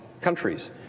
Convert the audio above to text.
countries